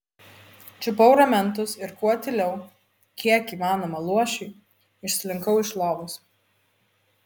čiupau ramentus ir kuo tyliau kiek įmanoma luošiui išslinkau iš lovos